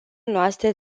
noastre